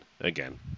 Again